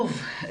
טוב.